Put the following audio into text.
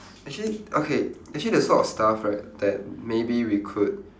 actually okay actually there's a lot of stuff right that maybe we could